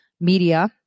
media